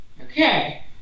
Okay